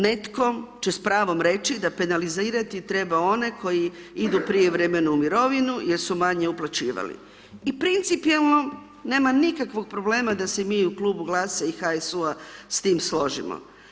Netko će s pravom reći, da penalizirati treba one koji idu u prijevremenu mirovinu, jer su manje uplaćivali i principijelno nema nikakvog problema da se mi u Klubu GLAS-a i HSU-a s tim složimo.